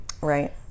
right